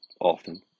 often